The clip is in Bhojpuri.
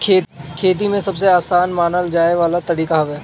खेती में सबसे आसान मानल जाए वाला तरीका हवे